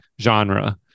genre